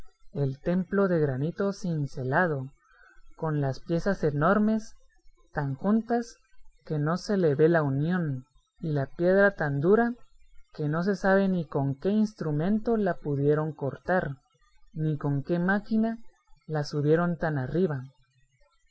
el templo de granito cincelado con las piezas enormes tan juntas que no se ve la unión y la piedra tan dura que no se sabe ni con qué instrumento la pudieron cortar ni con qué máquina la subieron tan arriba